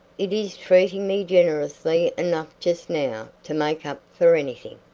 it is treating me generously enough just now to make up for anything,